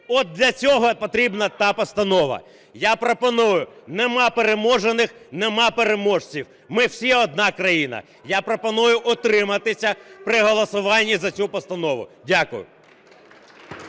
От для цього і потрібна та постанова. Я пропоную, нема переможених, нема переможців, ми всі – одна країна, я пропоную утриматися при голосуванні за цю постанову. Дякую.